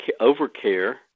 overcare